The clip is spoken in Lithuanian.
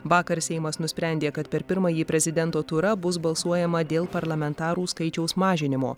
vakar seimas nusprendė kad per pirmąjį prezidento turą bus balsuojama dėl parlamentarų skaičiaus mažinimo